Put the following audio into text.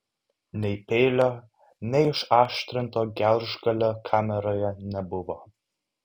nei peilio nei užaštrinto gelžgalio kameroje nebuvo